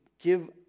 give